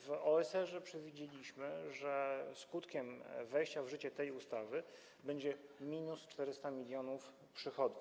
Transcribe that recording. W OSR przewidzieliśmy, że skutkiem wejścia w życie tej ustawy będzie minus 400 mln przychodów.